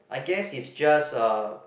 I guess it's just uh